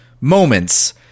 moments